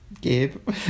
Gabe